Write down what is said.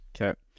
Okay